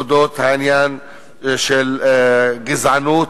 אודות העניין של הגזענות,